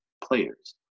players